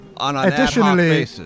Additionally